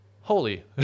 holy